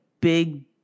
big